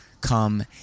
come